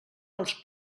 dels